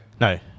No